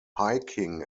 hiking